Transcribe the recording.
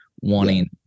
wanting